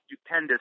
stupendous